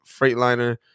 Freightliner